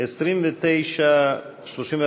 עמר בר-לב לסעיף 15 לא נתקבלה.